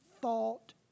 thought